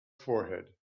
forehead